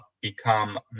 become